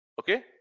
okay